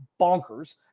bonkers